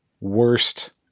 worst